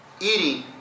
Eating